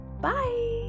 Bye